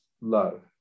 love